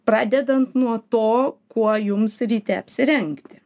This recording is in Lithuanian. pradedant nuo to kuo jums ryte apsirengti